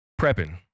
prepping